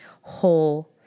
whole